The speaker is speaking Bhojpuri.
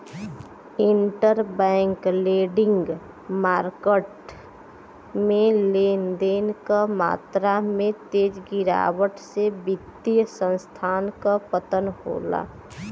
इंटरबैंक लेंडिंग मार्केट में लेन देन क मात्रा में तेज गिरावट से वित्तीय संस्थान क पतन होला